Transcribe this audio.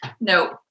No